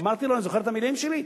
אמרתי לו, ואני זוכר את המלים שלי: